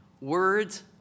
Words